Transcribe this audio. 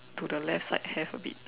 to the left like have a bit